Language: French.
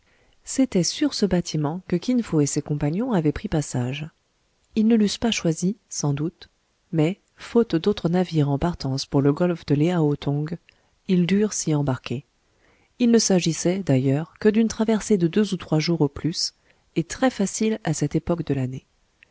c'était sur ce bâtiment que kin fo et ses compagnons avaient pris passage ils ne l'eussent pas choisi sans doute mais faute d'autres navires en partance pour le golfe de léao tong ils durent s'y embarquer il ne s'agissait d'ailleurs que d'une traversée de deux ou trois jours au plus et très facile à cette époque de l'année